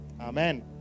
Amen